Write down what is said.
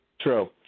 True